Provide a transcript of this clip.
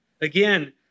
Again